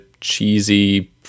cheesy